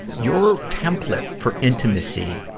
your template for intimacy,